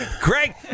Greg